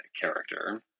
character